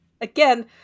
again